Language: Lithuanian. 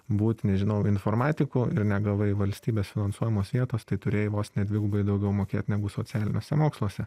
būt nežinau informatiku ir negavai valstybės finansuojamos vietos tai turėjai vos ne dvigubai daugiau mokėt negu socialiniuose moksluose